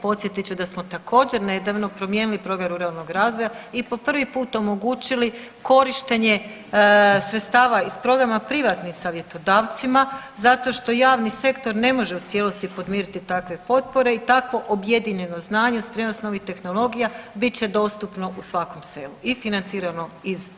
Podsjetit ću da smo također nedavno promijenili program ruralnog razvoja i po prvi put omogućili korištenje sredstava iz programa privatnim savjetodavcima zato što javni sektor ne može u cijelosti podmiriti takve potpore i tako objedinjeno znanje uz prijenos novih tehnologija bit će dostupno u svakom selu i financirano iz